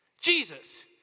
Jesus